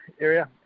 area